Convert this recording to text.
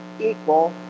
equal